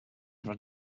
had